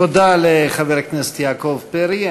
תודה לחבר הכנסת יעקב פרי.